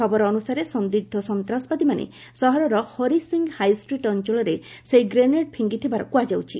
ଖବର ଅନୁସାରେ ସନ୍ଦିଗ୍ଧ ସନ୍ତାସବାଦୀମାନେ ସହରର ହରିସିଂହ ହାଇଷ୍ଟ୍ରିଟ୍ ଅଞ୍ଚଳରେ ସେହି ଗ୍ରେନେଡ୍ ଫିଙ୍ଗିଥିବାର କୁହାଯାଉଛି